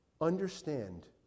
Understand